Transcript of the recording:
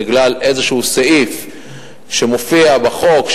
בגלל איזה סעיף שמופיע בחוק,